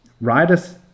riders